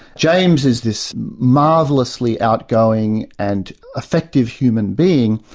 james is this marvellously outgoing and effective human being,